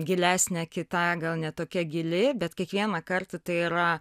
gilesnė kitą gal ne tokia gili bet kiekvieną kartą tai yra